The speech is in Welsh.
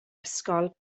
ysgol